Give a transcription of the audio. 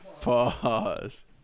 Pause